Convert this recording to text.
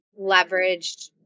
leveraged